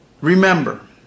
remember